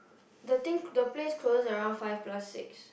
the thing the place closes at around five plus six